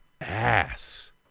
ass